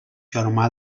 germà